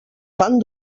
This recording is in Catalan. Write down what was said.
fan